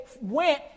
went